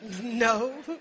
No